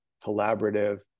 collaborative